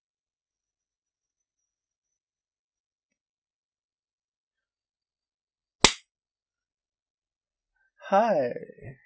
hi